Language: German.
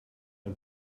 ein